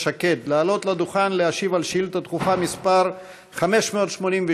שקד לעלות לדוכן להשיב על שאילתה דחופה מס' 586,